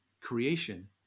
creation